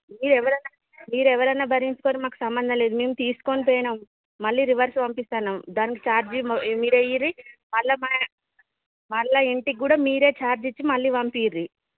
మీరు ఎవరన్నా మీరు ఎవరన్నా భరించుకోండి మాకు సంబంధం లేదు మేం తీసుకొని పోయినాం మళ్ళీ రివర్స్ పంపిస్తన్నం దానికి చార్జీ మీరే ఇవ్వండి మళ్ళా మే మళ్ళా ఇంటికి కూడా మీరే చార్జ్ ఇచ్చి మళ్ళీ పంపించండి